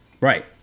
Right